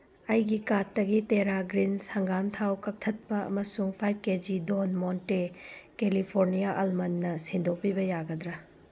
ꯑꯩꯒꯤ ꯀꯥꯔꯠꯇꯒꯤ Terra Greens ꯍꯪꯒꯥꯝ ꯊꯥꯎ ꯀꯛꯊꯠꯄ ꯑꯃꯁꯨꯡ five K G Don Monte California ꯑꯜꯃꯟꯅ ꯁꯤꯟꯗꯣꯛꯄꯤꯕ ꯌꯥꯒꯗ꯭ꯔꯥ